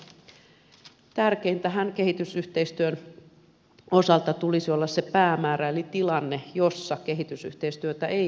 tärkeintähän kehitysyhteistyön osalta tulisi olla se päämäärä eli tilanne jossa kehitysyhteistyötä ei enää tarvittaisi